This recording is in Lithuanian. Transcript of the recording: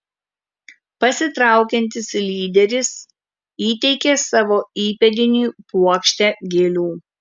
pasitraukiantis lyderis įteikė savo įpėdiniui puokštę gėlių